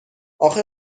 اخه